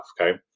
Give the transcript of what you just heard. Okay